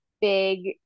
big